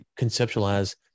conceptualize